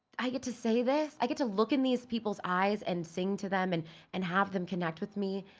i get to say this? i get to look in these people's eyes and sing to them and and have them connect with me?